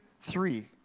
three